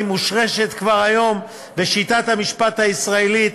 מושרשים כבר היום בשיטת המשפט הישראלית,